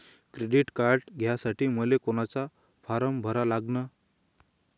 Credit card घ्यासाठी मले कोनचा फारम भरा लागन?